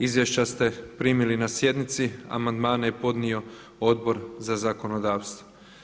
Izvješća ste primili na sjednici a amandmane je podnio Odbor za zakonodavstvo.